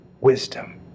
wisdom